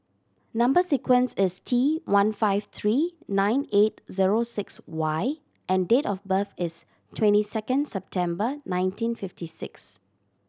number sequence is T one five three nine eight zero six Y and date of birth is twenty second September nineteen fifty six